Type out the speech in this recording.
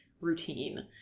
routine